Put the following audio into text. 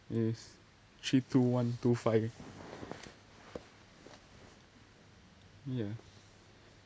yes three two one two five yes